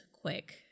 quick